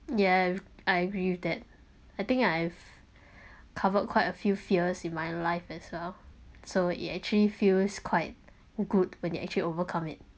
yeah I agree with that I think I've covered quite a few fears in my life as well so it actually feels quite good when you actually overcome it